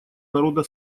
народа